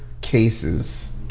cases